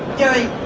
gary,